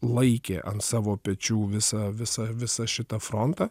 laikė ant savo pečių visą visą visą šitą frontą